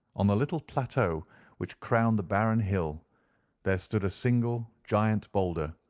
on the little plateau which crowned the barren hill there stood a single giant boulder,